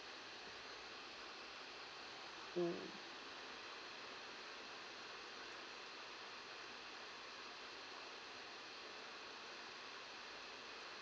mm